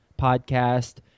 podcast